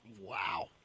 Wow